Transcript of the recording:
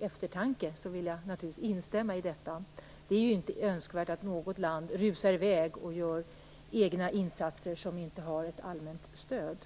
eftertanke krävs. Det är inte önskvärt att något land rusar i väg och gör egna insatser som inte har ett allmänt stöd.